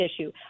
issue